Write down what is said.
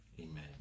Amen